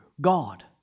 God